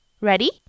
Ready